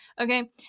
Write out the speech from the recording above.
Okay